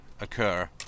occur